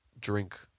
drink